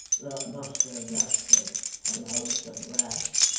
that muster gashford allows some rest?